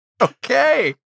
okay